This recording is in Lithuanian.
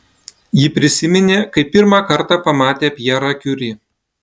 ji prisiminė kaip pirmą kartą pamatė pjerą kiuri